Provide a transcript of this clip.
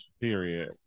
Period